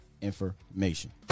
information